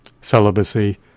Celibacy